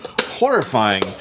horrifying